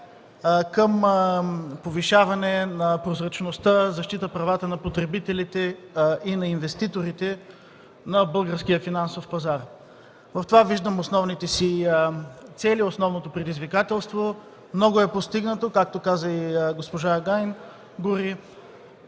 към повишаване на прозрачността, защита правата на потребителите и на инвеститорите на българския финансов пазар. В това виждам основните си цели, основното предизвикателство. Много е постигнато, както каза и госпожа Агайн,